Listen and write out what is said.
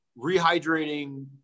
rehydrating